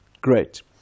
great